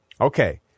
Okay